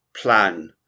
plan